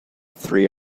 three